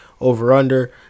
over-under